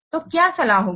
तो सलाह क्या होगी